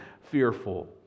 fearful